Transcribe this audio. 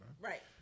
Right